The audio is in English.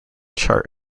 chart